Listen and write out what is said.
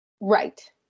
Right